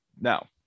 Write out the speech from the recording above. now